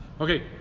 Okay